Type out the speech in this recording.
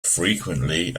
frequently